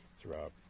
throughout